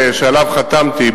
שעליו חתמתי,